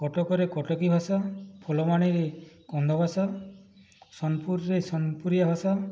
କଟକରେ କଟକି ଭାଷା ଫୁଲବାଣୀରେ କନ୍ଧ ଭାଷା ସୋନପୁରରେ ସୋନପୁରିଆ ଭାଷା